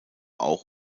auch